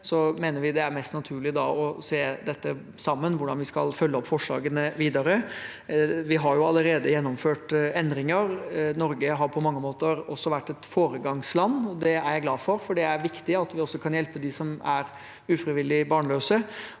mener vi det er mest naturlig å se dette sammen med tanke på hvordan vi skal følge opp forslagene videre. Vi har allerede gjennomført endringer. Norge har på mange måter også vært et foregangsland, og det er jeg glad for, for det er viktig at vi kan hjelpe dem som er ufrivillig barnløse.